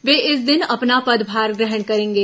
ये इस दिन अपना पदभार ग्रहण करेंगे